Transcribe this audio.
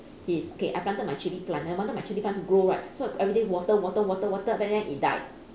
his okay I planted my chili plant I wanted my chili plant to grow right so everyday water water water water then then it died